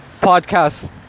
podcast